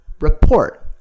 report